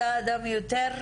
בדרך כלל, אתה אדם יותר רגוע.